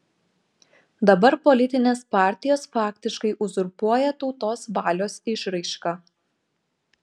dabar politinės partijos faktiškai uzurpuoja tautos valios išraišką